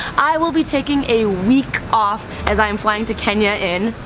i will be taking a week off as i am flying to kenya in.